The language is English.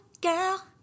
Girl